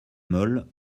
mole